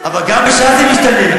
אבל גם בש"ס זה משתנה,